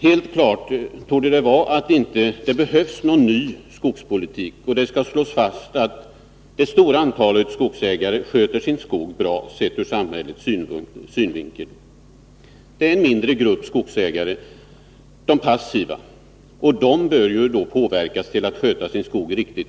Det torde vara helt klart att det inte behövs någon ny skogspolitik, och det skall slås fast att det största antalet skogsägare sköter sig bra, sett ur samhällets synvinkel. De passiva skogsbrukarna utgör en mindre grupp, och de bör påverkas till att sköta sin skog riktigt.